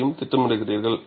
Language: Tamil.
ஐயும் திட்டமிடுகிறீர்கள்